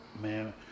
man